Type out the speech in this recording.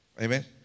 Amen